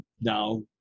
now